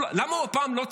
למה הוא הפעם לא צייץ?